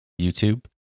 YouTube